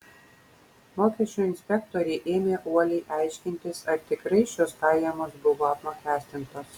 mokesčių inspektoriai ėmė uoliai aiškintis ar tikrai šios pajamos buvo apmokestintos